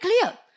clear